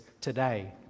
today